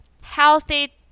healthy